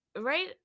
right